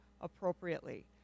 appropriately